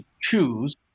choose